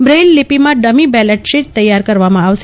બ્રેઇલલીપીમાં dummy ballot sheet તૈયાર કરવામાં આવશે